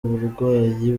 uburwayi